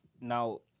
now